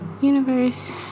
universe